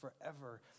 forever